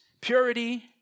purity